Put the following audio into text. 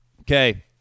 Okay